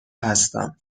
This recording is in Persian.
هستم